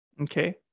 Okay